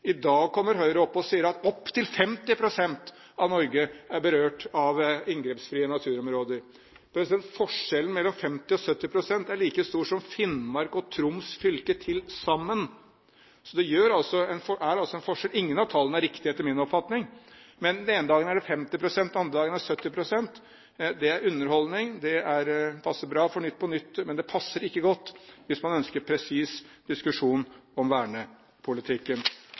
I dag kommer Høyre opp og sier at opptil 50 pst. av Norge er berørt av inngrepsfrie naturområder. Forskjellen mellom 50 pst. og 70 pst. er like stor som Finnmark fylke og Troms fylke til sammen. Så det utgjør en forskjell. Ingen av tallene er riktige etter min oppfatning, men den ene dagen er det 50 pst., og den andre dagen er det 70 pst. Det er underholdning, og det passer bra for programmet Nytt på nytt, men det passer ikke godt hvis man ønsker en presis diskusjon om vernepolitikken.